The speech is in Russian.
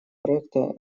проекта